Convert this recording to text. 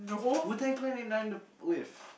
Wu-Tang-Clan in the with